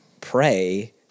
pray